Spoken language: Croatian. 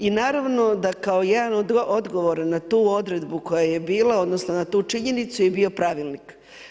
I naravno da kao jedan odgovor na tu odredbu koja je bila, odnosno na tu činjenicu je bio pravilnik.